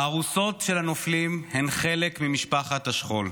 הארוסות של הנופלים הן חלק ממשפחת השכול.